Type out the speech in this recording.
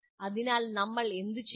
അതിനാൽ നമ്മൾ എന്തുചെയ്യണം